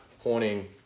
pointing